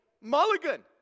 mulligan